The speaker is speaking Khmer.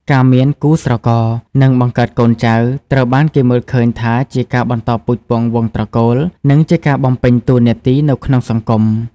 ការមានគូស្រករ និងបង្កើតកូនចៅ ត្រូវបានគេមើលឃើញថាជាការបន្តពូជពង្សវង្សត្រកូល និងជាការបំពេញតួនាទីនៅក្នុងសង្គម ។